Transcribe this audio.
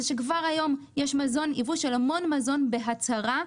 כבר היום יש ייבוא של המון מזון בהצהרה,